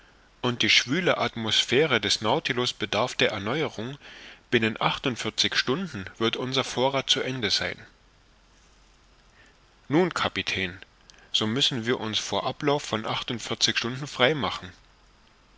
und die schwüle atmosphäre des nautilus bedarf der erneuerung binnen achtundvierzig stunden wird unser vorrath zu ende sein nun kapitän so müssen wir uns vor ablauf von achtundvierzig stunden frei machen